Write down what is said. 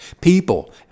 people